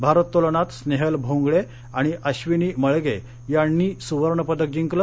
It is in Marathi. भारोत्तोलनात स्नेहल भोंगळे आणि अबिनी मळगे यांनी सुवर्ण पदक जिंकलं